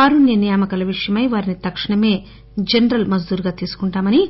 కారుణ్య నియామకాల విషయమై వారిని తక్షణమే జనరల్ మజ్దార్ గా తీసుకుంటామని